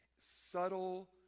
Subtle